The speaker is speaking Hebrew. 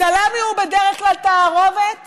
סלמי הוא בדרך כלל תערובת